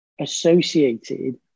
associated